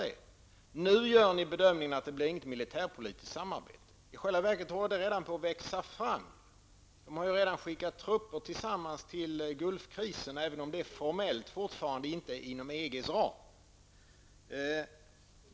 I dag gör ni bedömningen att det inte blir något militär-politiskt samarbete. I själva verket håller det redan på att växa fram ett sådant samarbete. EG-länderna har ju redan skickat trupper till Gulf-området -- även om det formellt inte har skett inom ramen för EG.